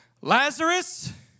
Lazarus